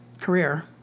career